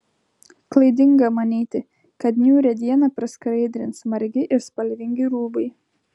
klaidinga manyti kad niūrią dieną praskaidrins margi ir spalvingi rūbai